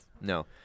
no